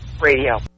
Radio